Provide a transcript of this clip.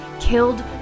killed